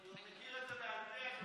אני כבר מכיר את זה בעל פה, אדוני סגן השר.